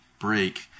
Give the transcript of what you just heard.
break